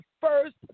first